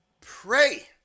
Pray